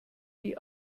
die